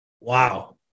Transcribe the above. wow